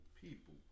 people